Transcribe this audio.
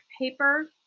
paper